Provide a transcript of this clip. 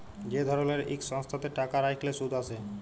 যে ধরলের ইক সংস্থাতে টাকা রাইখলে সুদ আসে